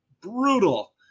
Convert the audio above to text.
brutal